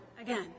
again